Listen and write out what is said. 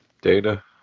Data